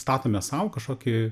statome sau kažkokį